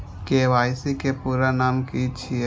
KYC के पूरा नाम की छिय?